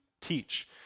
teach